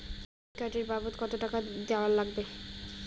Credit card এর বাবদ কতো টাকা দেওয়া লাগবে?